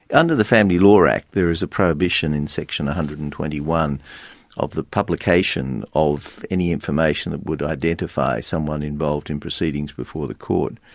under the family law act there is a prohibition in section one hundred and twenty one of the publication of any information that would identify someone involved in proceedings before the court.